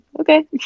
Okay